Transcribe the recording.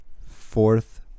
fourth